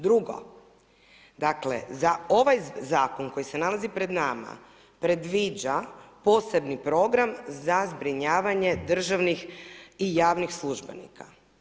Drugo, dakle za ovaj zakon koji se nalazi pred nama predviđa posebni program za zbrinjavanje državnih i javnih službenika.